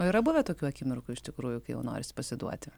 o yra buvę tokių akimirkų iš tikrųjų kai jau norisi pasiduoti